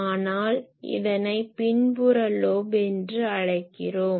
ஆனால் இதனை பின்புற லோப் என்று அழைக்கிறோம்